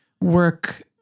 work